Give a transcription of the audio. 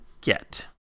get